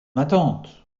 attente